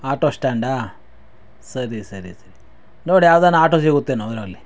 auto ಸ್ಟ್ಯಾಂಡಾ ಸರಿ ಸರಿ ಸರಿ ನೋಡು ಯಾವ್ದಾನ ಆಟೋ ಸಿಗುತ್ತೇನೋ ಅಲ್ಲಿ